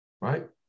right